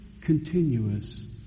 continuous